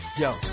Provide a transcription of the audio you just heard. yo